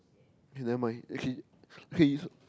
okay nevermind okay okay it's